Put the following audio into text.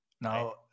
Now